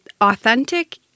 authentic